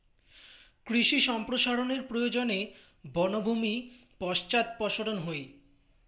কৃষি সম্প্রসারনের প্রয়োজনে বনভূমি পশ্চাদপসরন হই